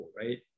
right